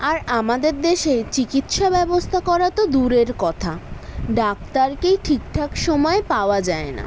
আর আমাদের দেশে চিকিৎসা ব্যবস্থা করা তো দূরের কথা ডাক্তারকেই ঠিক ঠাক সমায় পাওয়া যায় না